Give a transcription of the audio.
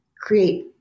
create